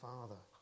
Father